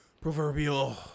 proverbial